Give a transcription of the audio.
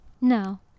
No